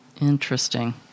Interesting